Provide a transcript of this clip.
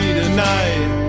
tonight